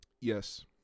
Yes